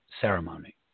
ceremony